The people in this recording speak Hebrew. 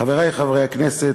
חברי חברי הכנסת,